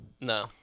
No